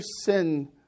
sin